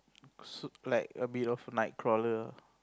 so like a bit of Nightcrawler